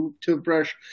toothbrush